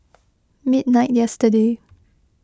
midnight yesterday